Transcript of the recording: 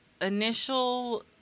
initial